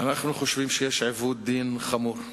אנחנו חושבים שיש עיוות דין חמור,